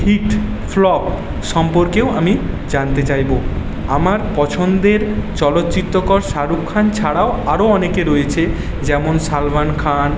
hit flop সম্পর্কেও আমি জানতে চাইব আমার পছন্দের চলচ্চিত্রকর শাহরুখ খান ছাড়াও আরও অনেকে রয়েছে যেমন সলমন খান